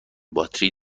باتری